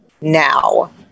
now